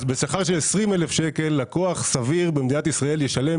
אז בשכר של 20,000 שקלים לקוח סביר במדינת ישראל ישלם